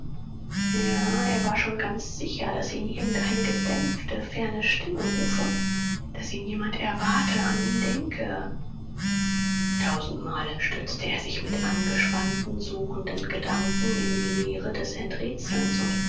ja er war schon ganz sicher daß ihn irgendeine gedämpfte ferne stimme rufe daß ihn jemand erwarte an ihn denke tausendmal stürzte er sich mit angespannten suchenden gedanken in die leere des enträtselns und